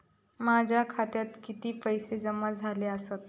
माझ्या खात्यात किती पैसे जमा झाले आसत?